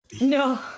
No